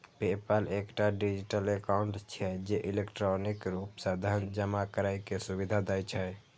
PayPal एकटा digital account छियै, जे इलेक्ट्रॉनिक रूप सं धन जमा करै के सुविधा दै छै